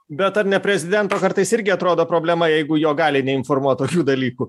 bet ar ne prezidento kartais irgi atrodo problema jeigu jo gali neinformuot tokių dalykų